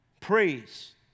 Praise